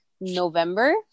november